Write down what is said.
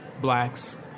blacks